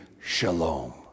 shalom